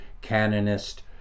canonist